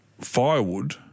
firewood